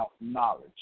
knowledge